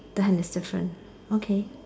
the hand is different okay